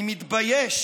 אני מתבייש